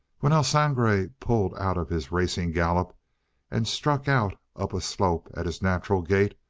when el sangre pulled out of his racing gallop and struck out up a slope at his natural gait,